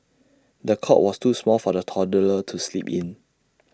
the cot was too small for the toddler to sleep in